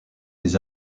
des